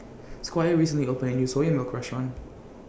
Squire recently opened A New Soya Milk Restaurant